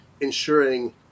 ensuring